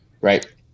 right